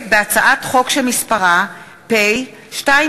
הצעת חוק התכנון והבנייה (תיקון,